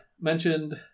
mentioned